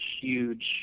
huge